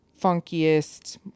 funkiest